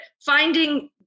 finding